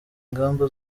ingamba